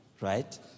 right